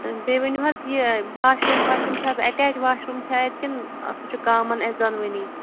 بیٚیہِ ؤنِو حظ یہٕ واشروٗم پاشروٗم چھُ حٲز ایٹیٚچ واشروٗم چھ اتہِ کِنہٕ سُہ چھُ کامَن اسہِ دوٚنوٕنی